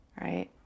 right